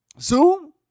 Zoom